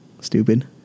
stupid